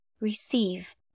receive